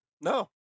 No